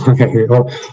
okay